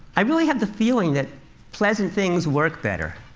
i really have the feeling that pleasant things work better,